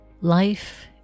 Life